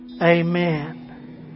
Amen